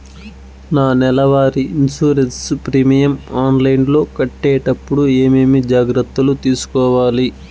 నా నెల వారి ఇన్సూరెన్సు ప్రీమియం ఆన్లైన్లో కట్టేటప్పుడు ఏమేమి జాగ్రత్త లు తీసుకోవాలి?